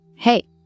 Hey